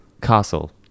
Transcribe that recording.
Castle